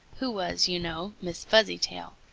who was, you know, miss fuzzytail.